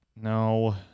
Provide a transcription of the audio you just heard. No